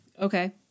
Okay